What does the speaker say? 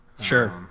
Sure